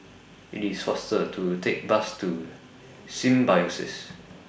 IT IS faster to Take The Bus to Symbiosis